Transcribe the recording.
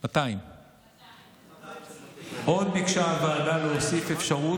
200. עוד ביקשה הוועדה להוסיף אפשרות